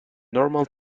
normal